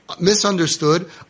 misunderstood